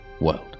world